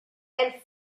and